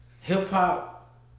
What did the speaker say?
Hip-hop